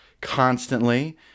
constantly